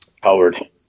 Howard